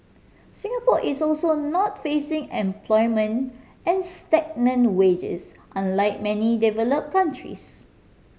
Singapore is also not facing unemployment and stagnant wages unlike many developed countries